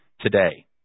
today